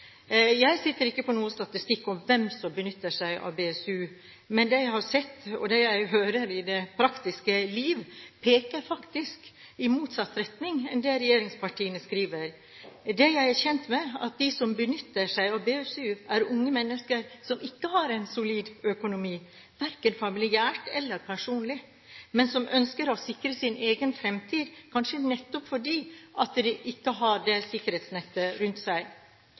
Jeg sitter ikke på noen statstikk om hvem som benytter seg av BSU, men det jeg har sett, og det jeg hører i det praktiske liv, peker faktisk i motsatt retning av det regjeringspartiene skriver. Jeg er kjent med at de som benytter seg av BSU, er unge mennesker som ikke har en solid økonomi, verken familiært eller personlig, men som ønsker å sikre sin egen fremtid, kanskje nettopp fordi de ikke har det sikkerhetsnettet rundt seg.